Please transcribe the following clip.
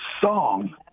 song